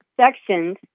sections